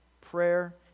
prayer